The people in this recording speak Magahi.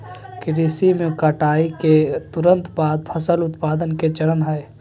कृषि में कटाई के तुरंत बाद फसल उत्पादन के चरण हइ